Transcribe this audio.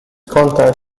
contact